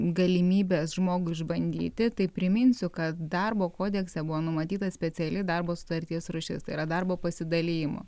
galimybės žmogui išbandyti tai priminsiu kad darbo kodekse buvo numatyta speciali darbo sutarties rūšis tai yra darbo pasidalijimo